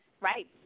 right